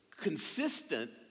consistent